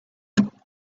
hey